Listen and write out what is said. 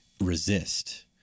resist